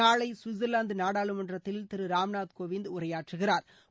நாளை குவிட்சா்லாந்து நாடாளுமன்றத்தில் திரு ராம்நாத் கோவிந்த் உரையாற்றுகிறாா்